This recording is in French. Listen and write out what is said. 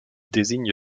désigne